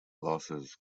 losses